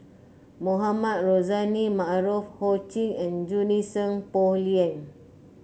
Mohamed Rozani Maarof Ho Ching and Junie Sng Poh Leng